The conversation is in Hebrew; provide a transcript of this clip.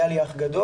היה לי אח גדול,